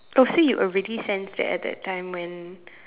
oh see you already sense that at that time when